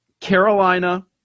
Carolina